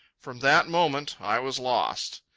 from that moment i was lost.